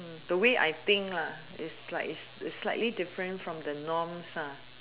the way I think lah is like is slightly different from the norms lah